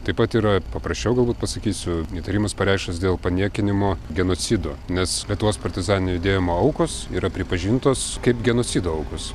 taip pat yra paprasčiau galbūt pasakysiu įtarimas pareikštas dėl paniekinimo genocido nes lietuvos partizaninio judėjimo aukos yra pripažintos kaip genocido aukos